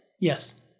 Yes